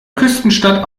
küstenstadt